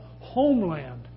homeland